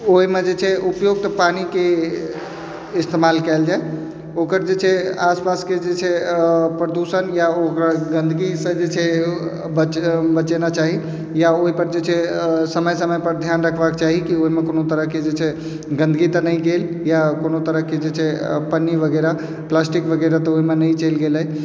ओहिमे जे छै उपयुक्त पानिके इस्तेमाल कयल जाइ ओकर जे छै आस पासके जे छै प्रदूषण या ओकर गन्दगीसँ जे छै बचे बचेने चाही या ओहिपर जे छै समय समयपर ध्यान रखबाके चाही कि ओहिमे कोनो तरहके जे छै गन्दगी तऽ नहि गेल या कोनो तरहके जे छै पन्नी वगैरह प्लास्टिक वगैरह तऽ ओहिमे नहि चलि गेलै